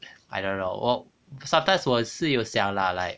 I don't know 我 sometimes 我是有想啦 like